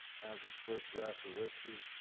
has his first draught of whiskey,